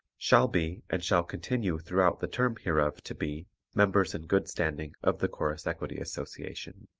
shall be and shall continue throughout the term hereof to be members in good standing of the chorus equity association.